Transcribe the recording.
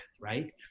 right